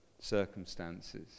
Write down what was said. circumstances